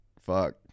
fuck